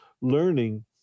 learning